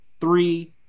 three